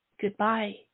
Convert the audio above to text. goodbye